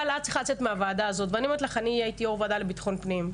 הייתי יושבת-ראש ועדת פנים,